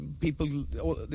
people